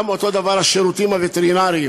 אותו דבר גם השירותים הווטרינריים.